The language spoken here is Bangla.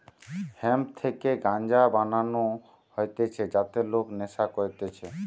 হেম্প থেকে গাঞ্জা বানানো হতিছে যাতে লোক নেশা করতিছে